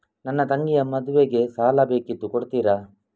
ನನ್ನ ತಂಗಿಯ ಮದ್ವೆಗೆ ಸಾಲ ಬೇಕಿತ್ತು ಕೊಡ್ತೀರಾ?